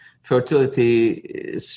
fertility